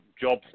jobs